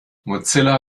mozilla